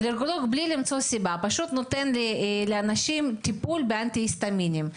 רופא אלרגיה נותן לאנשים טיפול באנטי-היסטמינים.